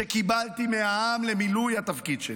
שקיבלתי מהעם למילוי התפקיד שלי.